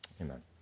Amen